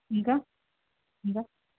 ఇంకా ఇంకా